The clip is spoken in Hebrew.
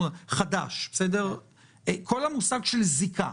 חדש, כל המושג של זיקה.